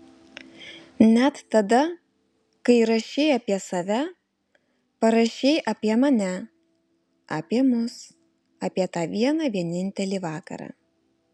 net tada kai rašei apie save parašei apie mane apie mus apie tą vieną vienintelį vakarą